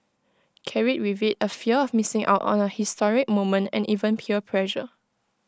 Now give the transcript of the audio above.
carried with IT A fear of missing out on A historic moment and even peer pressure